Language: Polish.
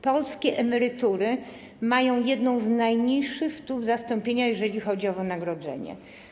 Polskie emerytury mają jedną z najniższych stóp zastąpienia, jeżeli chodzi o wynagrodzenie.